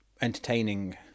entertaining